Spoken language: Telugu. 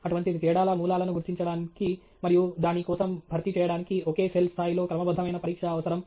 అటువంటి తేడాల మూలాలను గుర్తించడానికి మరియు దాని కోసం భర్తీ చేయడానికి ఒకే సెల్ స్థాయిలో క్రమబద్ధమైన పరీక్ష అవసరం